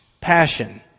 passion